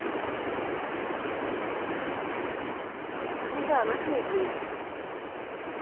असैं जाना छे तरीक